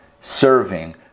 serving